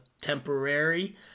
temporary